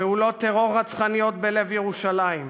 פעולות טרור רצחניות בלב ירושלים,